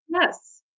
Yes